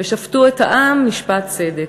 ושפטו את העם משפט צדק".